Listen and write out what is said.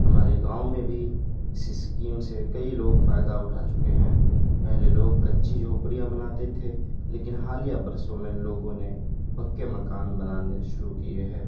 ہمارے گاؤں میں بھی اس اسکیم سے کئی لوگ فائدہ اٹھا چکے ہیں پہلے لوگ کچی جھوپڑیاں بناتے تھے لیکن حالیہ برسوں میں لوگوں نے پکے مکان بنانے شروع کیے ہیں